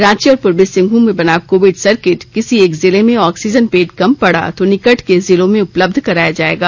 रांची और पूर्वी सिंहभूम में बना कोविड सर्किट किसी एक जिले में ऑक्सीजन बेड कम पड़ा तो निकट के जिलों में उपलब्ध कराया जाएगा